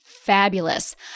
fabulous